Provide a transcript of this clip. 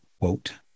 quote